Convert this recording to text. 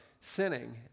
sinning